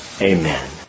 Amen